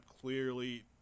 clearly